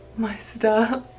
my stuff,